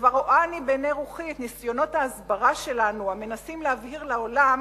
וכבר רואה אני בעיני רוחי את ניסיונות ההסברה שלנו המנסים להבהיר לעולם